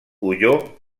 huyó